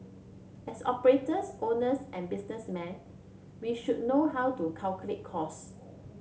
as operators owners and businessmen we should know how to calculate cause